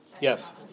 Yes